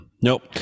Nope